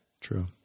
True